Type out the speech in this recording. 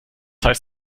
heißt